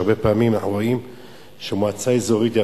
והרבה פעמים אנחנו רואים שמועצה אזורית היא